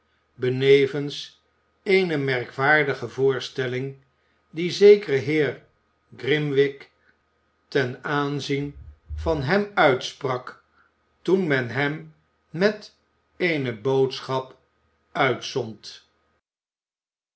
benevens eene merkwaardige voorstelling die zekere heer grimwig ten aanzien van hem uitsprak toen men hem met eene boodschap uitzond